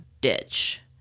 ditch